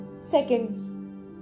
Second